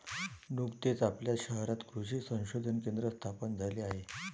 नुकतेच आपल्या शहरात कृषी संशोधन केंद्र स्थापन झाले आहे